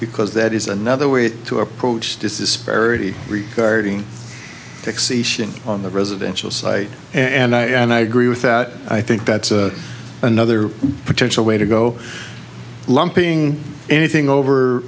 because that is another way to approach this is already regarding fixation on the residential site and i and i agree with that i think that's another potential way to go lumping anything over